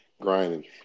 grinding